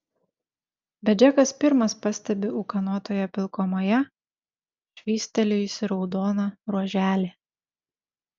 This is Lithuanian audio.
bet džekas pirmas pastebi ūkanotoje pilkumoje švystelėjusį raudoną ruoželį